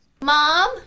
Mom